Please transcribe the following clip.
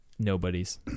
nobody's